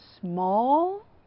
small